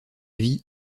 vie